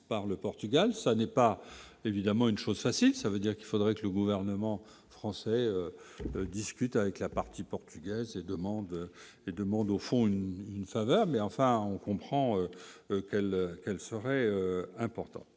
par le Portugal, ça n'est pas évidemment une chose facile, ça veut dire qu'il faudrait que le gouvernement français discute avec la partie portugaise et demande et demande au fond une faveur, mais enfin, on comprend qu'elle, elle serait important